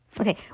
Okay